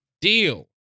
Deal